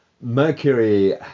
Mercury